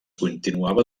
continuava